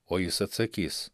o jis atsakys